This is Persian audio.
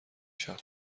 شاپ